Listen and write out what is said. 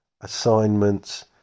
assignments